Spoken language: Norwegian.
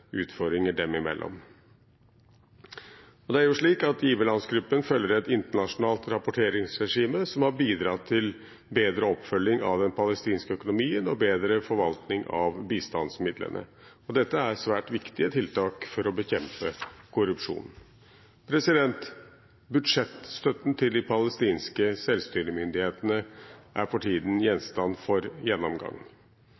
utfordringer dem imellom. Giverlandsgruppen følger et internasjonalt rapporteringsregime, som har bidratt til bedre oppfølging av den palestinske økonomien og bedre forvaltning av bistandsmidlene. Dette er svært viktige tiltak for å bekjempe korrupsjon. Budsjettstøtten til de palestinske selvstyremyndighetene er for tiden